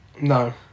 No